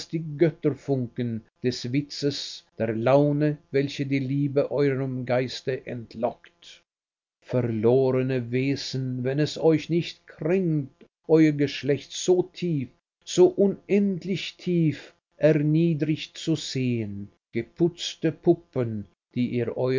die götterfunken des witzes der laune welche die liebe eurem geiste entlockt verlorene wesen wenn es euch nicht kränkt euer geschlecht so tief so unendlich tief erniedrigt zu sehen geputzte puppen die ihr